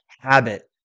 habit